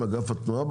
עם אגף התנועה?